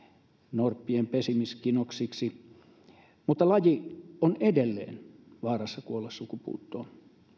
norppien pesimiskinoksiksi mutta laji on edelleen vaarassa kuolla sukupuuttoon